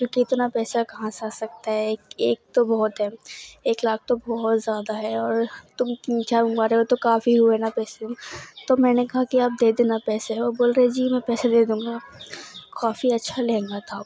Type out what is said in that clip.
چوں کہ اتنا پیسہ کہاں سے آ سکتا ہے ایک ایک تو بہت ہے ایک لاکھ تو بہت زیادہ ہے اور تم کیوں ہو تو کافی ہوئے نا پیسے تو میں نے کہا کہ آپ دے دینا پیسے اور بول رہے جی میں پیسے دے دوں گا کافی اچھا لہنگا تھا